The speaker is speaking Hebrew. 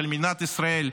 של מדינת ישראל,